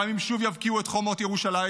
וגם אם שוב יבקיעו את חומות ירושלים,